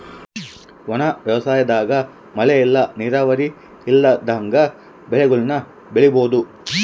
ಒಣ ವ್ಯವಸಾಯದಾಗ ಮಳೆ ಇಲ್ಲ ನೀರಾವರಿ ಇಲ್ದಂಗ ಬೆಳೆಗುಳ್ನ ಬೆಳಿಬೋಒದು